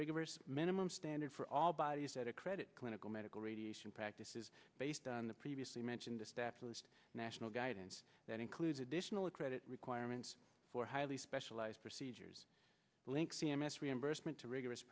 rigorous minimum standard for all bodies that are credit clinical medical radiation practices based on the previously mentioned established national guidance that includes additional credit requirements for highly specialized procedures link c m s reimbursement to rigorous